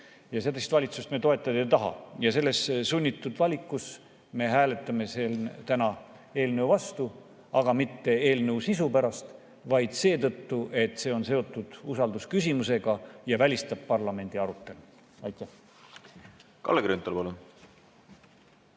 Sellist valitsust me toetada ei taha. Selles sunnitud valikus me hääletame täna eelnõu vastu, aga mitte eelnõu sisu pärast, vaid seetõttu, et see on seotud usaldusküsimusega ja välistab parlamendi arutelu. Aitäh! Kalle Grünthal, palun!